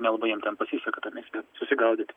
nelabai jiem ten pasiseka tam mieste susigaudyt